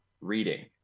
reading